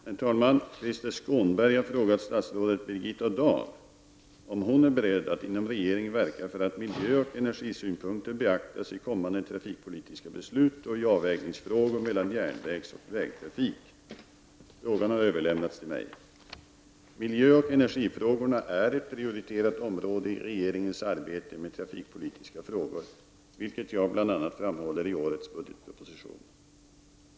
Herr talman! Krister Skånberg har frågat statsrådet Birgitta Dahl om hon är beredd att inom regeringen verka för att miljöoch energisynpunkter beaktas i kommande trafikpolitiska beslut och i avvägningsfrågor mellan järnvägsoch vägtrafik. Frågan har överlämnats till mig. Miljöoch energifrågorna är ett prioriterat område i regeringens arbete med trafikpolitiska frågor, vilket jag bl.a. framhåller i årets budgetproposition.